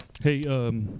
hey